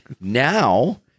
Now